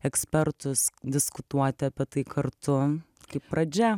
ekspertus diskutuoti apie tai kartu kaip pradžia